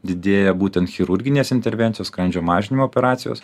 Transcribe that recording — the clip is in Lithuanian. didėja būtent chirurginės intervencijos skrandžio mažinimo operacijos